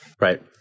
Right